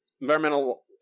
Environmental